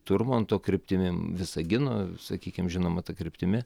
turmanto kryptimi visagino sakykim žinoma ta kryptimi